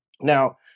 now